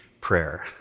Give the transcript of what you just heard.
prayer